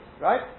right